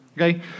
okay